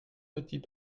petit